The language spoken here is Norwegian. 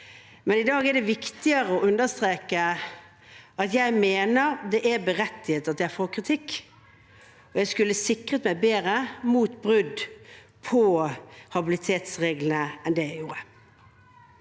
men i dag er det viktigere å understreke at jeg mener det er berettiget at jeg får kritikk. Jeg skulle ha sikret meg bedre mot brudd på habilitetsreglene enn det jeg gjorde.